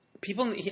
People